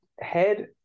head